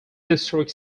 historic